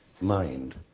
mind